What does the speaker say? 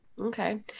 Okay